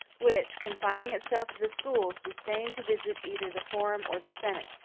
which, confining itself to the schools, disdained to visit either the forum or the senate.